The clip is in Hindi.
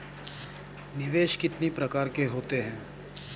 निवेश कितनी प्रकार के होते हैं?